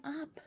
up